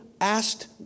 asked